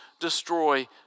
destroy